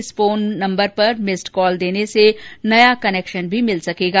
इस phone number पर missed call देने से नया कनेक्शन भी मिल सकेगा